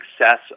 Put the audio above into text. success